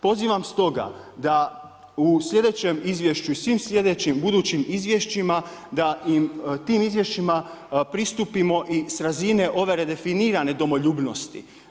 Pozivam stoga, da u sljedećem izvješću i svim sljedećim budućim izvješćima, da im tim izvješćima pristupimo i sa razine ove redefiniranje domoljubnosti.